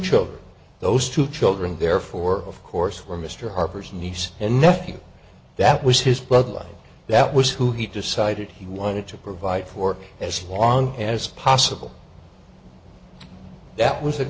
children those two children therefore of course were mr harper's niece and nephew that was his bloodline that was who he decided he wanted to provide for as long as possible that was a